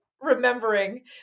remembering